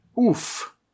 Oof